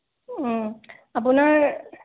আপোনাৰ